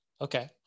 Okay